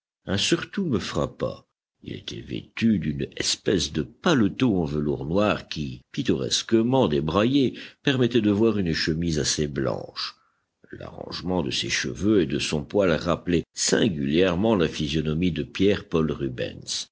un surtout me frappa il était vêtu d'une espèce de paletot en velours noir qui pittoresquement débraillé permettait de voir une chemise assez blanche l'arrangement de ses cheveux et de son poil rappelait singulièrement la physionomie de pierre paul rubens